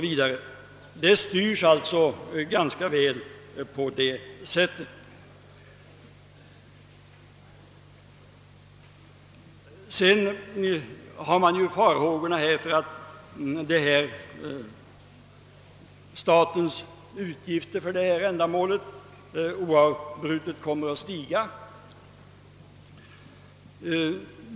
Vv. Verksamheten styrs alltså ganska väl på detta sätt. Här har också uttalats farhågor för att statens utgifter för detta ändamål oavbrutet kommer att stiga.